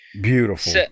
Beautiful